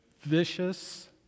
vicious